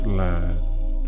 land